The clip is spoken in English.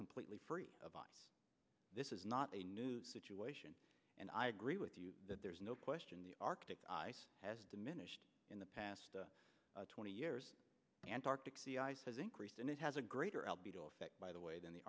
completely free of this is not a new situation and i agree with you that there is no question the arctic ice has diminished in the past twenty years antarctic sea ice has increased and it has a greater l b to affect by the way than the